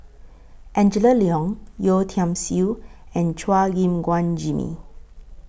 Angela Liong Yeo Tiam Siew and Chua Gim Guan Jimmy